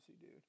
dude